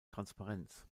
transparenz